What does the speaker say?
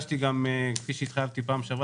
כפי שהתחייבתי בדיון הקודם,